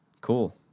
cool